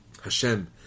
Hashem